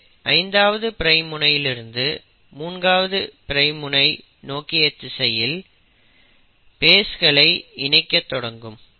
இது 5ஆவது பிரைம் முனையிலிருந்து 3ஆவது பிரைம் முனை திசையில் பேஸ்களை இணைக்க தொடங்கும்